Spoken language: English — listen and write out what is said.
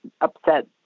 upset